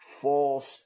false